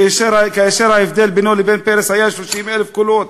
כאשר ההבדל בינו לבין פרס היה 30,000 קולות.